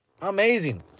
amazing